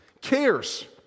cares